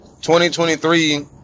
2023